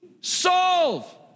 Solve